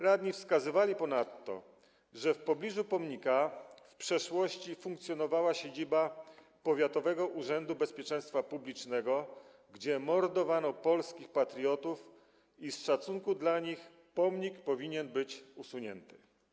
Radni wskazywali ponadto, że w pobliżu pomnika w przeszłości funkcjonowała siedziba powiatowego urzędu bezpieczeństwa publicznego, gdzie mordowano polskich patriotów, i z szacunku dla nich pomnik powinien być usunięty.